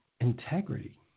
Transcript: integrity